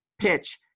pitch